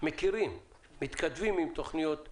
הם מכירים, הם מתכתבים עם תוכניות ירוקות.